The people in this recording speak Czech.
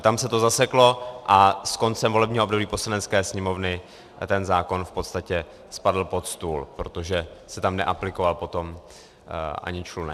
Tam se to zaseklo a s koncem volebního období Poslanecké sněmovny ten zákon v podstatě spadl pod stůl, protože se tam neaplikoval potom ani člunek.